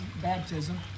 baptism